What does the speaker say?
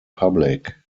public